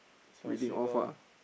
reading off ah